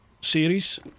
series